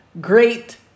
great